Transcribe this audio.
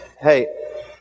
Hey